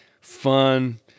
fun